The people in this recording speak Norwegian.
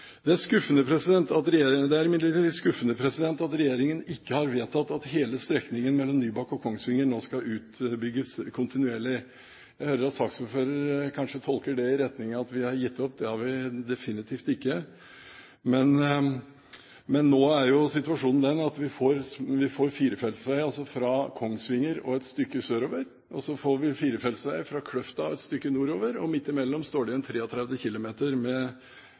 Det er imidlertid skuffende at regjeringen ikke har vedtatt at hele strekningen mellom Nybakk og Kongsvinger nå skal utbygges kontinuerlig. Jeg hører at saksordføreren kanskje tolker det i retning av at vi har gitt opp. Det har vi definitivt ikke. Men nå er jo situasjonen den at vi altså får firefelts vei fra Kongsvinger og et stykke sørover, og så får vi firefelts vei fra Kløfta og et stykke nordover, og midt imellom står det igjen 33 km med